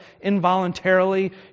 involuntarily